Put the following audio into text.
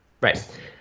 Right